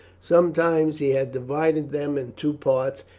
sometimes he had divided them in two parts,